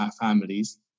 families